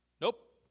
Nope